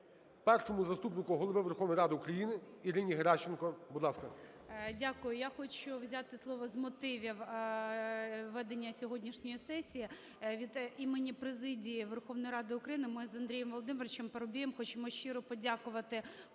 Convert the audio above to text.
Першому заступнику Голови Верховної Ради України Ірині Геращенко. Будь ласка. 12:44:05 ГЕРАЩЕНКО І.В. Дякую. Я хочу взяти слово з мотивів ведення сьогоднішньої сесії. Від імені президії Верховної Ради України ми з Андрієм Володимировичем Парубієм хочемо щиро подякувати